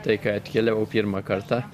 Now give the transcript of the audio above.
tai kai atkeliavau pirmą kartą